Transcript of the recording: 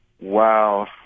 Wow